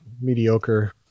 mediocre